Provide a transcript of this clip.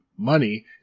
Money